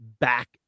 back